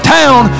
town